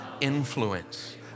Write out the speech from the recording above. influence